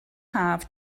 haf